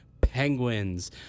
Penguins